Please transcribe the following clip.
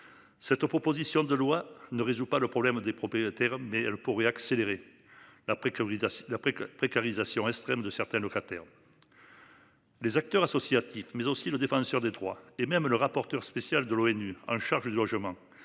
Cette proposition de loi ne résout pas le problème des propriétaires. Mais elle pourrait accélérer la après que Brigitte a après que précarisation extrême de certains locataires. Les acteurs associatifs mais aussi le défenseur des droits, et même le rapporteur spécial de l'ONU en charge du logement